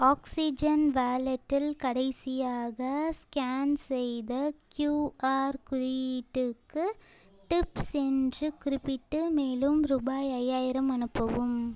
oxygen வாலெட்டில் கடைசியாக scan செய்த கியூஆர் குறியீட்டுக்கு டிப்ஸ் என்று குறிப்பிட்டு மேலும் ரூபாய் ஐயாயிரம் அனுப்பவும்